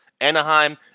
Anaheim